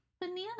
Banana